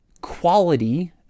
quality